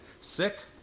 Sick